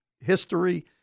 history